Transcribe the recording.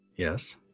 Yes